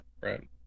right